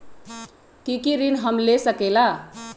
की की ऋण हम ले सकेला?